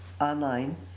online